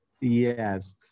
Yes